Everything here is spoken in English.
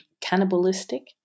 Cannibalistic